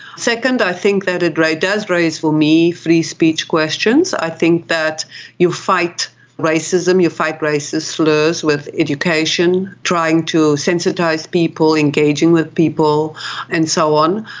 second, i think that it does raise for me free speech questions. i think that you fight racism, you fight racist slurs with education, trying to sensitise people, engaging with people and so on.